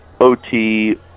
OT